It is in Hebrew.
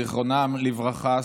זיכרונם לברכה,